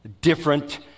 different